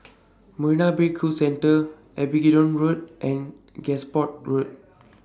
Marina Bay Cruise Centre Abingdon Road and Gosport Road